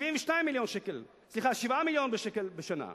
7 מיליון שקל בשנה.